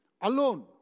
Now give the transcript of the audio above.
alone